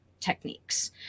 techniques